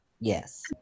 Yes